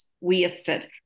wasted